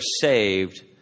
saved